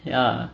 ya